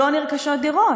לא נרכשות דירות.